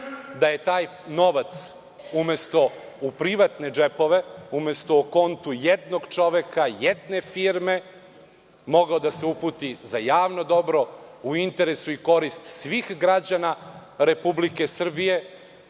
da je taj novac umesto u privatne džepove, umesto o kontu jednog čoveka, jedne firme, mogao da se uputi za javno dobro, u interesu i korist svih građana Republike Srbije,